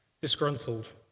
disgruntled